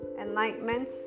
enlightenment